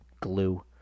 glue